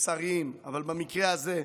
אבל במקרה הזה,